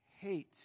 hate